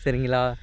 சரிங்களா